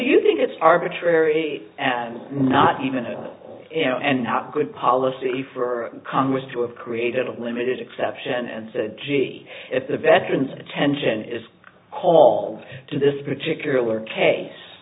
you think it's arbitrary and not even and not good policy for congress to have created a limited exception and said gee at the veterans attention is called to this particular